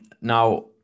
Now